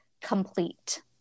complete